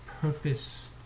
purpose